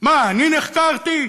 מה, אני נחקרתי?